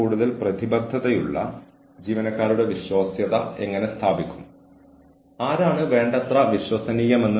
കൂടാതെ ഇതെല്ലാം ജീവനക്കാരെ അവരുടെ സ്വന്തം പെരുമാറ്റം നന്നായി കൈകാര്യം ചെയ്യാൻ സഹായിക്കുന്നു